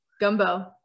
Gumbo